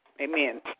Amen